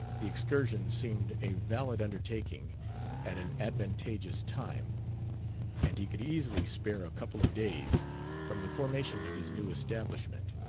the excursion seemed a valid undertaking at an advantageous time and he could easily spare a couple of days from the formation of his new establishment.